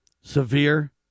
severe